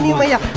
me